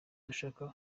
dushaka